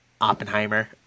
Oppenheimer